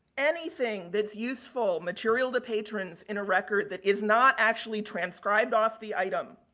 anything that's useful, material to patrons, in a record that is not actually transcribed off the item,